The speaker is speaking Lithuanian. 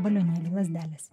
balionėlių lazdelės